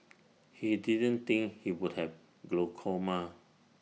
he didn't think he would have glaucoma